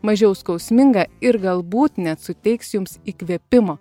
mažiau skausmingą ir galbūt net suteiks jums įkvėpimo